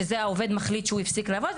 זה כשהעובד מחליט שהוא מפסיק לעבוד.